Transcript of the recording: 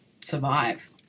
survive